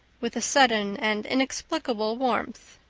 with a sudden and inexplicable warmth.